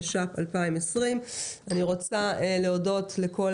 התש"ף 2020. אני מבקשת להודות לכל